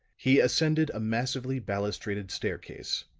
he ascended a massively balustraded staircase.